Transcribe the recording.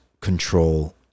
control